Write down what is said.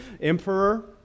emperor